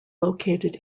located